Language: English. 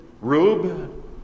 rube